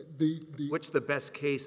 the what's the best case